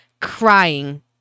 crying